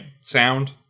Sound